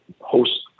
host